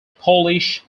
polish